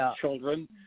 children